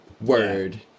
Word